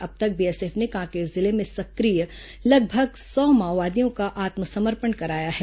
अब तक बीएसएफ ने कांकेर जिले में सक्रिय लगभग सौ माओवादियों का आत्मसमर्पण कराया है